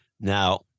Now